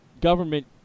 government